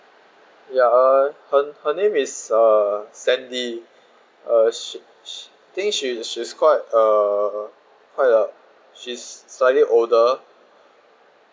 ya uh her her name is uh sandy uh she she I think she's she's quite uh quite uh she's slightly older